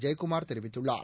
ஜெயக்குமார் தெரிவித்துள்ளார்